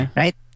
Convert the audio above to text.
right